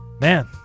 Man